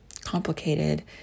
complicated